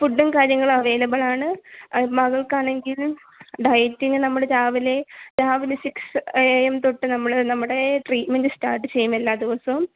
ഫുഡ്ഡും കാര്യങ്ങളും അവൈലബിൾ ആണ് മകൾക്ക് ആണെങ്കിലും ഡയറ്റിങ്ങ് നമ്മൾ രാവിലെ രാവിലെ സിക്സ് എ എം തൊട്ട് നമ്മൾ നമ്മുടെ ട്രീറ്റ്മെൻറ് സ്റ്റാർട്ട് ചെയ്യും എല്ലാ ദിവസവും